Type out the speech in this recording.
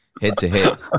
head-to-head